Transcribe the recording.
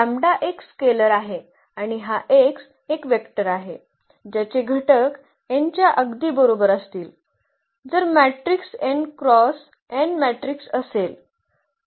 lambda एक scalar आहे आणि हा x एक वेक्टर vector0 आहे ज्याचे घटक n च्या अगदी बरोबर असतील जर matrix n cross n matrix असेल